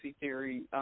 theory